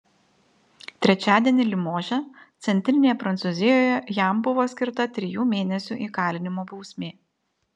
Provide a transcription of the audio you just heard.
trečiadienį limože centrinėje prancūzijoje jam buvo skirta trijų mėnesių įkalinimo bausmė